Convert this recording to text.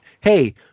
hey